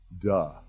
Duh